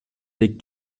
des